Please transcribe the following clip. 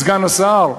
סגן שר?